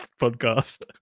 podcast